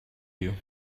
you